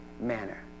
manner